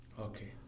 Okay